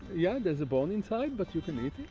yeah there's a bone inside but you can eat